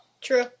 True